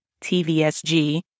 TVSG